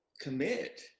commit